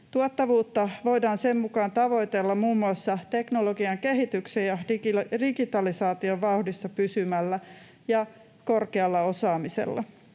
Tuottavuutta voidaan sen mukaan tavoitella muun muassa teknologian kehityksen ja digitalisaation vauhdissa pysymisellä ja korkealla osaamisella.